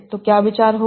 तो क्या विचार होगा